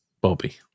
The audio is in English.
Bobby